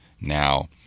now